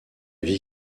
vie